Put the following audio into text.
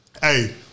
Hey